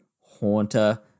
Haunter